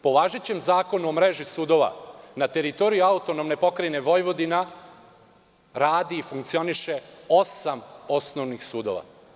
Po važećem Zakonu o mreži sudova, na teritoriji AP Vojvodina radi i funkcioniše osam osnovnih sudova.